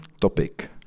topic